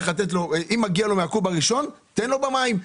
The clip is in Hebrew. אם מגיע לו מהקוב הראשון, תן לו במים.